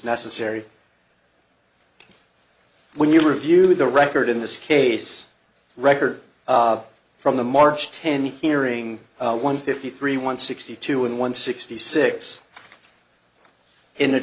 necessary when you review the record in this case record from the march ten hearing one fifty three one sixty two and one sixty six in a